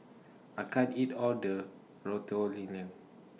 I can't eat All of The Ratatouille